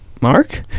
Mark